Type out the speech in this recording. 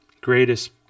greatest